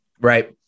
right